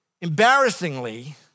embarrassingly